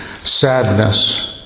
sadness